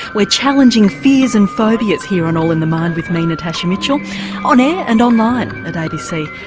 we're challenging fears and phobias here on all in the mind with me natasha mitchell on air and online at abc.